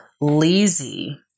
lazy